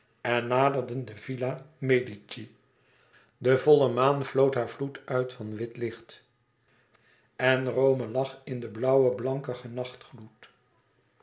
en naderden de villa medici de volle maan vloot haar vloed uit van wit licht en rome lag in den blauwen blankigen